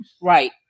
Right